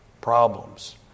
problems